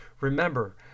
Remember